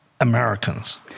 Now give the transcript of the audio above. Americans